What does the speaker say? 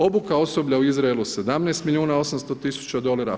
Obuka osoblja u Izraelu 17 milijuna 800 tisuća dolara.